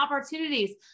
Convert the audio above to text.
opportunities